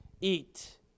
Eat